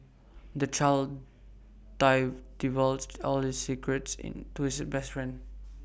the child divulged all his secrets to his best friend